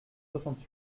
soixante